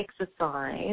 exercise